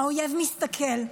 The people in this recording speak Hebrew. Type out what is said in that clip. האויב מסתכל.